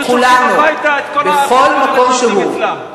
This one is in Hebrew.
הם היו שולחים הביתה את כל השחקנים שמופיעים אצלם.